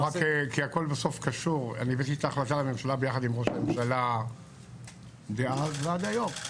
אני הבאתי את ההחלטה לממשלה ביחד עם ראש הממשלה דאז ועד היום,